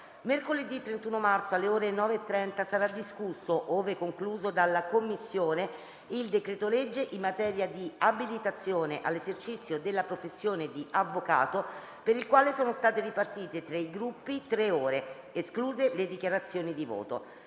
Mercoledì 31 marzo, alle ore 9,30, sarà discusso, ove concluso dalla Commissione, il decreto-legge in materia di abilitazione all'esercizio della professione di avvocato, per il quale sono state ripartite tra i Gruppi tre ore, escluse le dichiarazioni di voto.